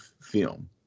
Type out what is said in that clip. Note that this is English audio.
film